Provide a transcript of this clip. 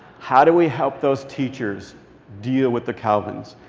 how do we help those teachers deal with the calvins?